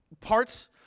parts